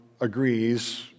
agrees